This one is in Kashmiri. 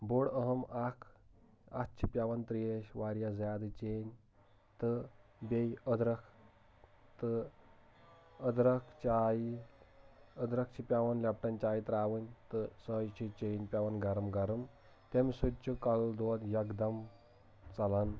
بوٚڈ أہٕم اَکھ اَتھ چھِ پٮ۪وان ترٛیش واریاہ زیادٕ چینۍ تہٕ بییہ أدرَکھ تہٕ أدرَکھ چاے أدرَکھ چھِ پٮ۪وان لٮ۪پٹَن چایہِ ترٛاوٕنۍ تہٕ سۄے چھِ چیٚنۍ پٮ۪وان گَرٕم گَرٕم تمۍ سۭتۍ چُھ کَلہٕ دود یَکدَم ژَلان